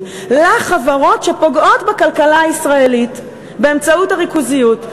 לחברות שפוגעות בכלכלה הישראלית באמצעות הריכוזיות.